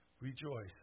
Rejoice